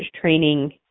training